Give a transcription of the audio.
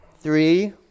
Three